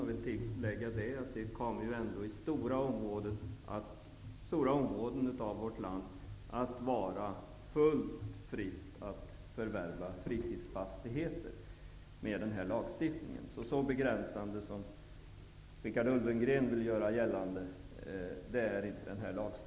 Jag vill tillägga att med den här lagstiftningen kommer det ändå att vara helt fritt att förvärva fritidsfastigheter inom stora områden i vårt land. Så begränsande som Richard Ulfvengren vill göra gällande är inte den här lagen.